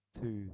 two